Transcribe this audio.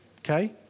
okay